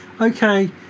okay